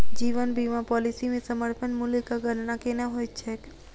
जीवन बीमा पॉलिसी मे समर्पण मूल्यक गणना केना होइत छैक?